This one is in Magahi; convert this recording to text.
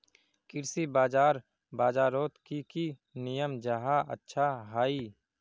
कृषि बाजार बजारोत की की नियम जाहा अच्छा हाई?